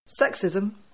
sexism